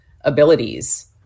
abilities